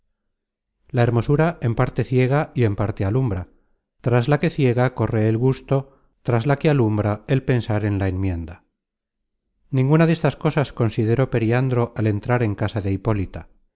la hermosura en parte ciega y en parte alumbra tras la que ciega corre el gusto tras la que alumbra el pensar en la enmienda ninguna destas cosas consideró periandro al entrar en casa de hipólita